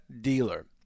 dealer